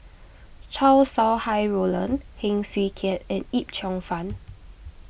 Chow Sau Hai Roland Heng Swee Keat and Yip Cheong Fun